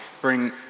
bring